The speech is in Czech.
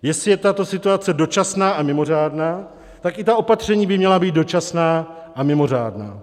Jestli je tato situace dočasná a mimořádná, tak i ta opatření by měla být dočasná a mimořádná.